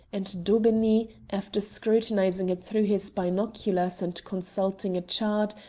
and daubeney, after scrutinizing it through his binoculars and consulting a chart,